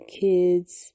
kids